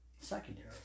secondary